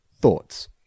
Thoughts